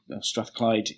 Strathclyde